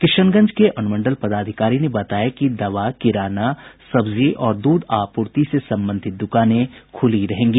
किशनगंज के अनुमंडल पदाधिकारी ने बताया कि दवा किराना सब्जी और दूध आपूर्ति से संबंधित दुकानें खुली रहेंगी